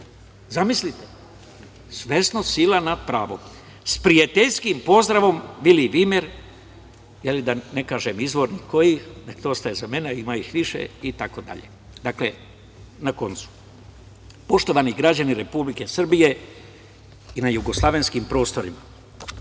Zamislite. Svesno sila nad pravom. S prijateljskim pozdravom Vili Vimer, da ne kažem izvorni koji, dosta je za mene, ima ih više, itd. Poštovani građani Republike Srbije i na Jugoslovenskim prostorima,